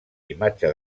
imatge